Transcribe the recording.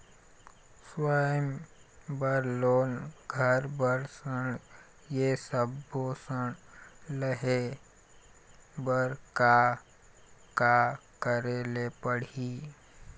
स्वयं बर लोन, घर बर ऋण, ये सब्बो ऋण लहे बर का का करे ले पड़ही?